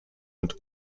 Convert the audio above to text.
und